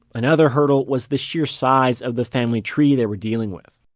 another hurdle was the sheer size of the family tree they were dealing with.